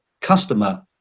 customer